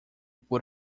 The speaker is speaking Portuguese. por